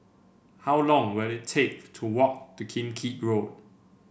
how long will it take to walk to Kim Keat Road